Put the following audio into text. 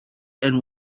and